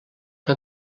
que